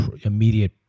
immediate